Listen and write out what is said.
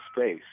space